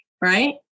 right